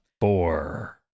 Four